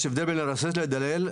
יש הבדל בין לרסס ללדלל.